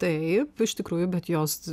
tai iš tikrųjų bet jos